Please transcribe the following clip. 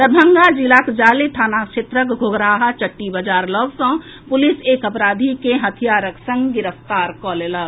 दरभंगा जिलाक जाले थाना क्षेत्रक घोघराहा चट्टी बजार लऽग सॅ पुलिस एक अपराधी के हथियारक संग गिरफ्तार कऽ लेलक